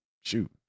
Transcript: Shoot